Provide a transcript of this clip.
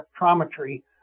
spectrometry